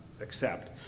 accept